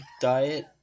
diet